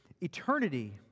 eternity